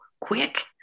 quick